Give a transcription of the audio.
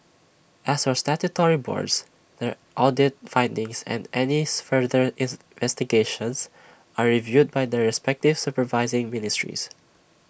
as for statutory boards their audit findings and anything further is investigations are reviewed by their respective supervising ministries